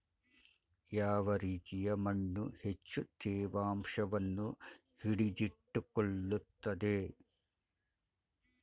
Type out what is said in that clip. ಯಾವ ರೀತಿಯ ಮಣ್ಣು ಹೆಚ್ಚು ತೇವಾಂಶವನ್ನು ಹಿಡಿದಿಟ್ಟುಕೊಳ್ಳುತ್ತದೆ?